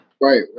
right